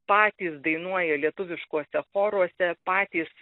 patys dainuoja lietuviškuose choruose patys